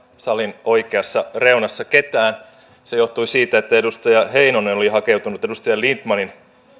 salin oikeassa reunassa ketään mikä johtui siitä että edustaja heinonen oli hakeutunut edustaja lindtmanin